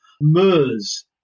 MERS